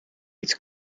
iets